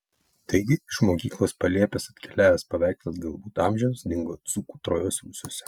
taigi iš mokyklos palėpės atkeliavęs paveikslas galbūt amžiams dingo dzūkų trojos rūsiuose